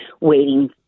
waiting